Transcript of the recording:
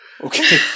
Okay